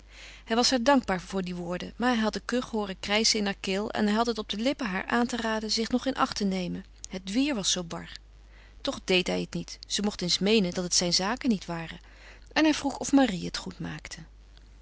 hij was haar dankbaar voor die woorden maar hij had de kuch hooren krijschen in haar keel en hij had het op de lippen haar aan te raden zich nog in acht te nemen het weêr was zoo bar toch deed hij het niet ze mocht eens meenen dat het zijn zaken niet waren en hij vroeg of marie het goed maakte